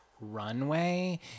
runway